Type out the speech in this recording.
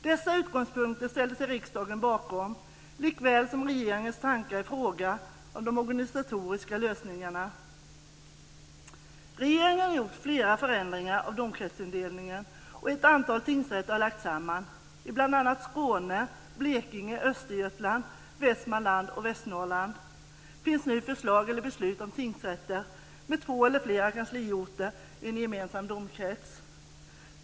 Dessa utgångspunkter ställde sig riksdagen bakom likväl som regeringens tankar i fråga om de organisatoriska lösningarna. Regeringen har gjort flera förändringar av domkretsindelningen, och ett antal tingsrätter har lagts samman. I bl.a. Skåne, Blekinge, Östergötland, Västmanland och Västernorrland finns nu förslag eller beslut om tingsrätter med två eller flera kansliorter i en gemensam domkrets.